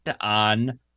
on